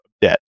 debt